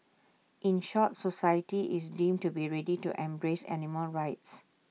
in short society is deemed to be ready to embrace animal rights